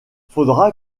faudra